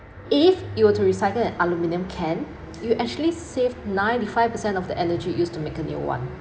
if you were to recycle an aluminium can you actually save ninety five percent of the energy used to make a new one